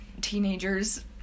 teenagers